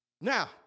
Now